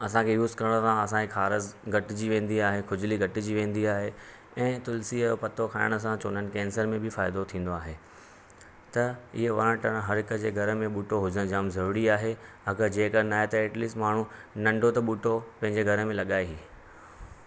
असांखे यूज़ करण सां असांजी ख़ारस घटिजी वेंदी आहे ख़ुजली घटिजी वेंदी आहे ऐं तुलसी जो पत्तो खाइण सां चवंदा आहिनि कैंसर में बि फ़ाइदो थींदो आहे त इअं वण टण हर हिकु जे घर में ॿूटो हुजणु जामु ज़रूरी आहे अगरि जे अगरि नाहे त एटलीस्ट माण्हू नंढो त ॿूटो पंहिंजे घर में लॻाए ई